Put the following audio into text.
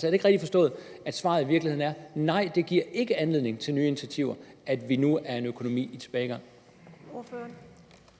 så ikke rigtigt forstået, at det korte svar på mit spørgsmål i virkeligheden er: Nej, det giver ikke anledning til nye initiativer, at vi nu er en økonomi i tilbagegang?